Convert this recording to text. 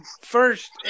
first